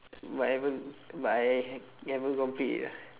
but I haven't but I hav~ haven't complete it ah